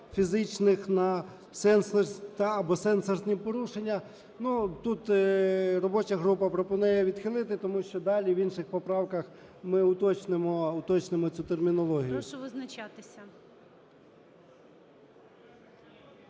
фізичних на "та/або сенсорних порушень". Ну, тут робоча група пропонує відхилити, тому що далі в інших поправках ми уточнимо цю термінологію.